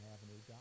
Avenue